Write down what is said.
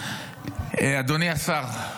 אדוני השר,